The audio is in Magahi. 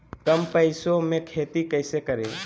कम पैसों में खेती कैसे करें?